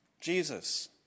Jesus